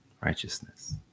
Righteousness